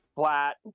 flat